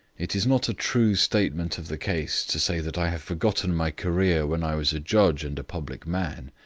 it is not a true statement of the case to say that i have forgotten my career when i was a judge and a public man.